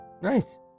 Nice